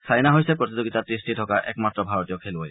ছাইনাই হৈছে প্ৰতিযোগিতাত তিষ্ঠি থকা একমাত্ৰ ভাৰতীয় খেলুৱৈ